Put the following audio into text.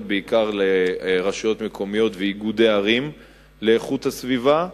בעיקר לרשויות מקומיות ולאיגודי ערים לאיכות הסביבה.